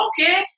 okay